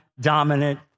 dominant